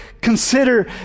consider